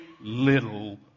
little